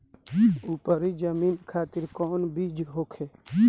उपरी जमीन खातिर कौन बीज होखे?